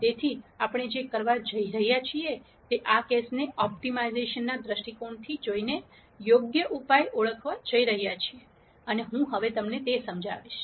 તેથી આપણે જે કરવા જઈ રહ્યા છીએ તે આ કેસને ઓપ્ટિમાઇઝેશન દ્રષ્ટિકોણથી જોઈને યોગ્ય ઉપાય ઓળખવા જઈ રહ્યા છીએ અને હું તે સમજાવીશ